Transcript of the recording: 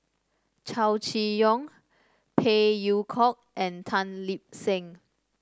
Chow Chee Yong Phey Yew Kok and Tan Lip Seng